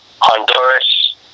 Honduras